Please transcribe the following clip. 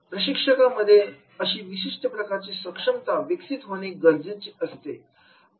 प्र शिक्षकांमध्ये अशी विशिष्ट प्रकारची सक्षमता विकसित होणे गरजेच असतं